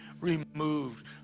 removed